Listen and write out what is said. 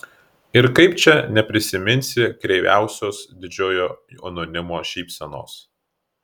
ir kaip čia neprisiminsi kreiviausios didžiojo anonimo šypsenos